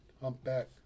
humpback